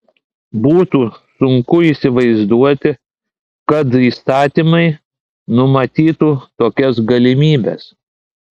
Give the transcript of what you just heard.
būtų sunku įsivaizduoti kad įstatymai numatytų tokias galimybes